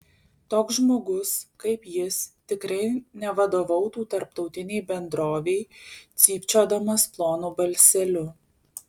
toks žmogus kaip jis tikrai nevadovautų tarptautinei bendrovei cypčiodamas plonu balseliu